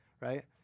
Right